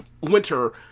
winter